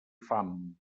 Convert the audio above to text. fam